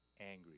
angry